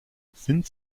sind